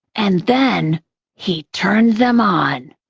and then he turned them on.